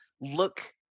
look